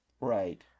right